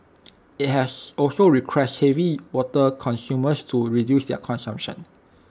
IT has also requested heavy water consumers to reduce their consumption